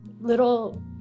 little